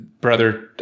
Brother